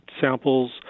samples